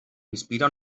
inspira